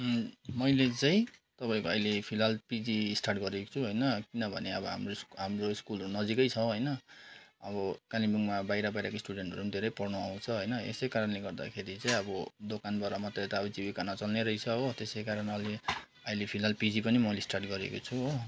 मैले चाहिँ तपाईँको अहिले फिलहाल पिजी स्टार्ट गरेको छु होइन किनभने अब हाम्रो हाम्रो स्कुल नजिकै छ होइन अब कालिम्पोङमा बाहिर बाहिरको स्टुडेन्टहरू पनि धेरै पढ्नु आउँछ होइन यसै कारणले गर्दाखेरि चाहिँ अब दोकानबाट मात्रै त अब जीविका नचल्ने रहेछ हो त्यसै कारण अहिले फिलहाल पिजी पनि मैले स्टार्ट गरेको छु हो